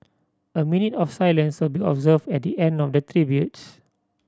a minute of silence will be observed at the end of the tributes